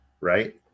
right